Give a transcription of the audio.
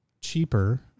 cheaper